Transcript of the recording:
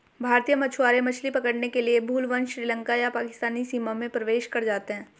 भारतीय मछुआरे मछली पकड़ने के लिए भूलवश श्रीलंका या पाकिस्तानी सीमा में प्रवेश कर जाते हैं